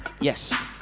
Yes